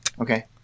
Okay